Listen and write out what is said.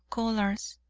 collars,